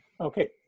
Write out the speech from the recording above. Okay